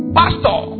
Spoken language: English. pastor